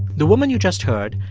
the woman you just heard,